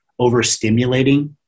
overstimulating